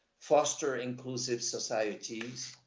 foster inclusive societies,